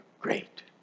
great